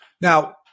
Now